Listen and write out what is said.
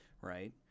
right